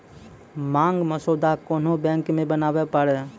मांग मसौदा कोन्हो बैंक मे बनाबै पारै